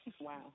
Wow